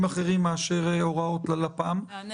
אחרים מאשר הוראות ללשכת הפרסום הממשלתית.